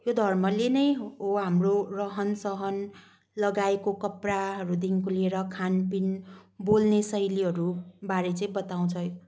यो धर्मले नै हो हाम्रो रहन सहन लगाएको कपडाहरूदेखिको लिएर खानपिन बोल्ने शैलीहरूबारे चाहिँ बताउँछ